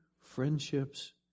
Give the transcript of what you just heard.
Friendships